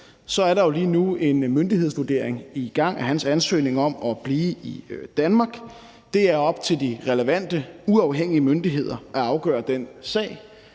er der jo lige nu en myndighedsvurdering i gang af hans ansøgning om at blive i Danmark. Det er op til de relevante uafhængige myndigheder at afgøre den sag.